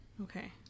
Okay